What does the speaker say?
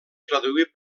traduir